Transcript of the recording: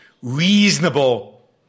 Reasonable